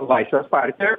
laisvės partija